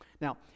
Now